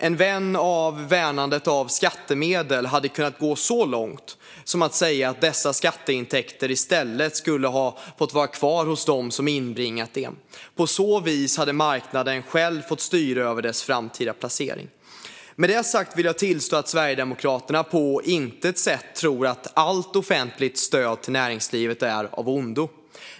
En vän av värnandet av skattemedel hade kunnat gå så långt som att säga att dessa skatteintäkter i stället skulle ha fått vara kvar hos dem som inbringat dem. På så vis hade marknaden själv fått styra över deras framtida placering. Med detta sagt vill jag tillstå att Sverigedemokraterna på intet sätt tror att allt offentligt stöd till näringslivet är av ondo.